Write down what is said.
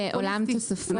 פופוליסטי.